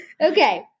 Okay